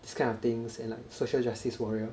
this kind of things and like social justice warrior